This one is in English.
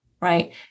right